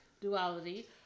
duality